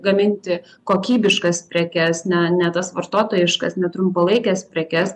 gaminti kokybiškas prekes ne ne tas vartotojiškas ne trumpalaikes prekes